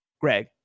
Greg